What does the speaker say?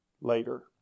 later